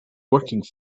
working